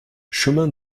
chemin